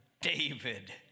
David